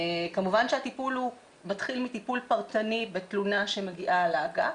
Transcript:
כמובן שהטיפול מתחיל מטיפול פרטני בתלונה שמגיעה לאגף,